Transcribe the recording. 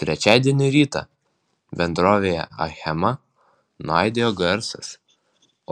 trečiadienio rytą bendrovėje achema nuaidėjo garsas